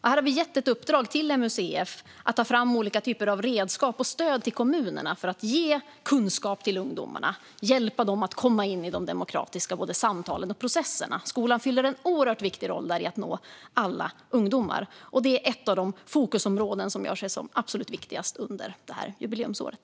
Här har vi gett ett uppdrag till MUCF att ta fram olika typer av redskap och stöd till kommunerna för att ge kunskap till ungdomarna och hjälpa dem att komma in i de demokratiska samtalen och processerna. Skolan fyller här en oerhört viktig roll i att nå alla ungdomar. Detta är ett av de fokusområden som jag ser som absolut viktigast under jubileumsåret.